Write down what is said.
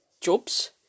jobs